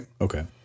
Okay